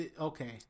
Okay